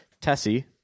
Tessie